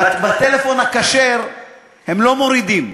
בטלפון הכשר הם לא מורידים.